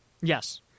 Yes